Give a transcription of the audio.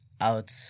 out